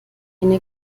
eine